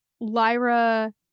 Lyra